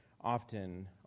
often